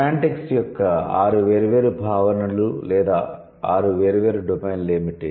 semantics యొక్క ఆరు వేర్వేరు భావనలు లేదా ఆరు వేర్వేరు డొమైన్లు ఏమిటి